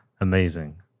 Amazing